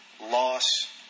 loss